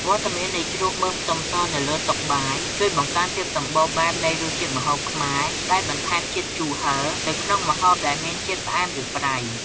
វត្តមាននៃជ្រក់មើមខ្ទឹមសនៅលើតុបាយ ជួយបង្កើនភាពសម្បូរបែបនៃរសជាតិម្ហូបខ្មែរ ដោយបន្ថែមជាតិជូរហឹរ ទៅក្នុងម្ហូបដែលមានជាតិផ្អែម ឬប្រៃ។